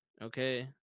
Okay